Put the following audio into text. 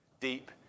deep